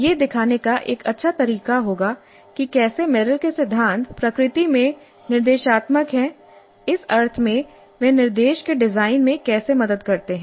यह दिखाने का एक अच्छा तरीका होगा कि कैसे मेरिल के सिद्धांत प्रकृति में निर्देशात्मक हैं इस अर्थ में वे निर्देश के डिजाइन में कैसे मदद करते हैं